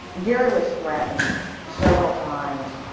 gary was threatened several times.